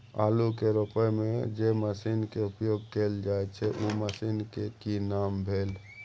आलू के रोपय में जे मसीन के उपयोग कैल जाय छै उ मसीन के की नाम भेल?